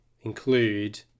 include